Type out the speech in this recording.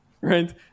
Right